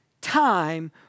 time